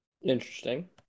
Interesting